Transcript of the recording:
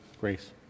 grace